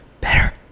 better